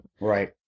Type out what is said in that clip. Right